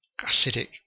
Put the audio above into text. acidic